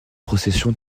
procession